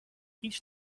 each